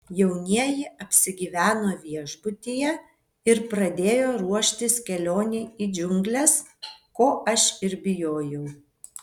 jaunieji apsigyveno viešbutyje ir pradėjo ruoštis kelionei į džiungles ko aš ir bijojau